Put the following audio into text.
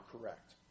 correct